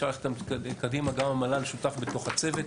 גם המל"ל שותף בתוך הצוות.